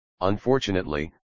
Unfortunately